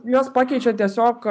juos pakeičia tiesiog